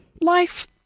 Life